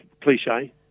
cliche